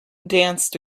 danced